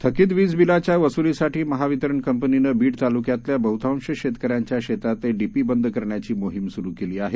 थकीत वीज बीलाच्या वसुलीसाठी महावितरण कंपनीनं बीड तालुक्यातल्या बहुतांश शेतकऱ्यांच्या शेतातले डीपी बंद करण्याची मोहीम सुरू केली आहे